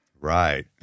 Right